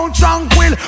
tranquil